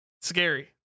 Scary